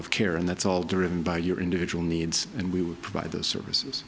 of care and that's all driven by your individual needs and we will provide those services